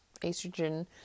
estrogen